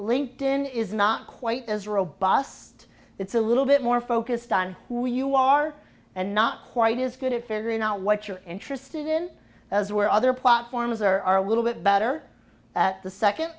linked in is not quite as robust it's a little bit more focused on who you are and not quite as good at figuring out what you're interested in as where other platforms are a little bit better at the second